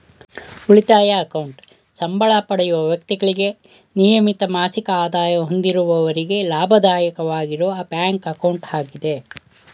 ಉಳಿತಾಯ ಅಕೌಂಟ್ ಸಂಬಳ ಪಡೆಯುವ ವ್ಯಕ್ತಿಗಳಿಗೆ ನಿಯಮಿತ ಮಾಸಿಕ ಆದಾಯ ಹೊಂದಿರುವವರಿಗೆ ಲಾಭದಾಯಕವಾಗಿರುವ ಬ್ಯಾಂಕ್ ಅಕೌಂಟ್ ಆಗಿದೆ